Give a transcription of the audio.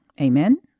Amen